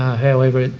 however,